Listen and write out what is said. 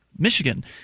michigan